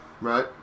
Right